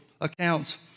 accounts